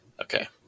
Okay